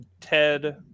Ted